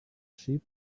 sheep